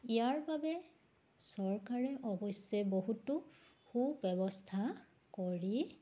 ইয়াৰ বাবে চৰকাৰে অৱশ্যে বহুতো সু ব্যৱস্থা কৰি